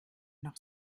noch